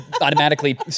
automatically